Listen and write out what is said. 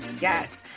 Yes